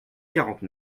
quarante